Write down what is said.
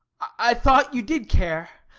i thought you did care.